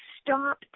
stop